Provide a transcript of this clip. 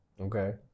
Okay